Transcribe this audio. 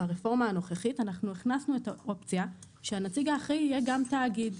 ברפורמה הנוכחית אנחנו הכנסנו את האופציה שהנציג האחראי יהיה גם תאגיד.